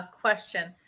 question